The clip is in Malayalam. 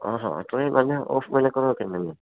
ആഹാ അത്രയും നല്ല ഓഫ് വിലക്കുറവൊക്കെ ഉണ്ടല്ലേ